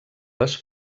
les